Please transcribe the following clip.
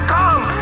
come